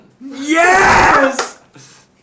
Yes